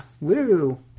woo